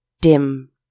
dim